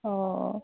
অঁ